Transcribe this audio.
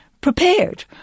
prepared